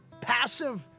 passive